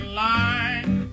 line